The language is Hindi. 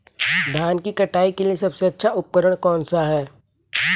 धान की कटाई के लिए सबसे अच्छा उपकरण कौन सा है?